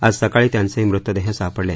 आज सकाळी त्यांचे मृतदेह सापडले